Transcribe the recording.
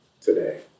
today